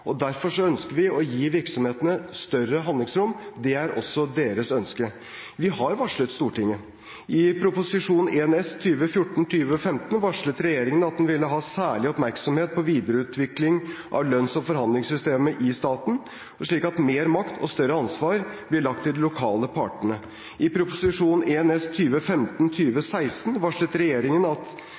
Hammerfest. Derfor ønsker vi å gi virksomhetene større handlingsrom – det er også deres ønske. Vi har varslet Stortinget. I Prop. 1 S for 2014–2015 varslet regjeringen at den ville ha særlig oppmerksomhet på videreutvikling av lønns- og forhandlingssystemet i staten, slik at mer makt og større ansvar blir lagt til de lokale partene. I Prop. 1 S for 2015–2016 varslet regjeringen at